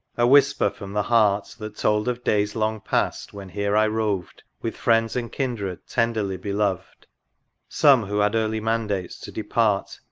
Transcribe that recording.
a whisper from the heart. that told of days long past when here i roved with friends and kindred tenderly beloved some who had early mandates to depart,